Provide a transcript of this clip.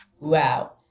Wow